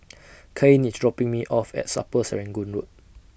Cain IS dropping Me off At Road